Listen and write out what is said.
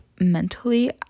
mentally